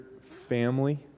family